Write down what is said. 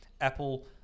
Apple